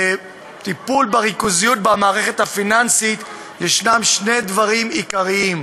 בטיפול בריכוזיות במערכת הפיננסית יש שני דברים עיקריים: